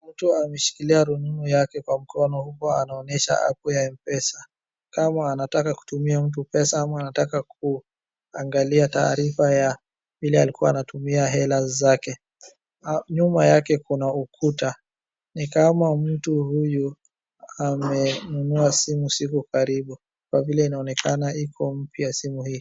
Mtu ameshikilia rununu yake kwa mkono huku anaonyesha apu ya Mpesa kama anataka kutumia mtu pesa ama kuangalia taarifa ya vile alikua anatumia hela zake. Nyuma yake kuna ukuta. Nikama mtu huyu amenunua simu siku karibu kwa vile inaonekana iko mpya simu hii.